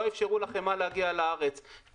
לא אפשרו לחמאה להגיע לארץ.